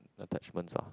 attachments ah